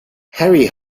harry